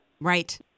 Right